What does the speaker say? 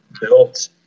built